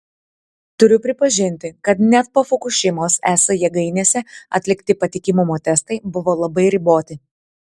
turiu pripažinti kad net po fukušimos es jėgainėse atlikti patikimumo testai buvo labai riboti